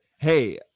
Hey